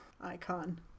icon